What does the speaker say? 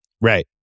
Right